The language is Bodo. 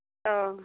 अह